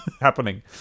happening